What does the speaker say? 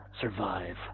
survive